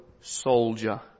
soldier